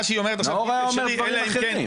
נאור היה אומר דברים אחרים.